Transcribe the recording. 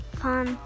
fun